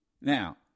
Now